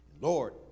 Lord